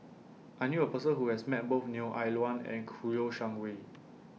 I knew A Person Who has Met Both Neo Ah Luan and Kouo Shang Wei